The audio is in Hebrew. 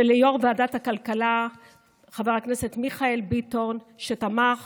וליו"ר ועדת הכלכלה חבר הכנסת מיכאל ביטון, שתמך